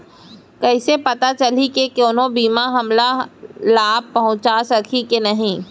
कइसे पता चलही के कोनो बीमा हमला लाभ पहूँचा सकही के नही